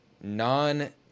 non